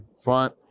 front